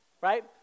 Right